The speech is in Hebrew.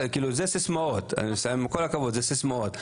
עם כל הכבוד, זה סיסמאות.